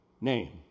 name